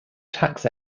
tax